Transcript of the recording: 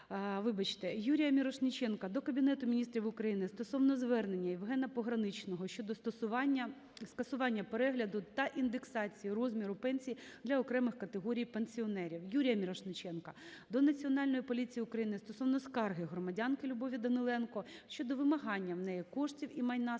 Юрія Мірошниченка до Кабінету Міністрів України стосовно звернення Євгена Пограничного щодо скасування перегляду та індексації розміру пенсій для окремих категорій пенсіонерів. Юрія Мірошниченка до Національної поліції України стосовно скарги громадянки Любові Даниленко щодо вимагання у неї коштів і майна з